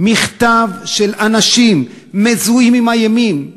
מכתב של אנשים שמזוהים עם הימין,